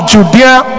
Judea